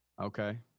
Okay